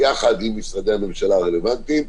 ביחד עם משרדי הממשלה הרלוונטיים,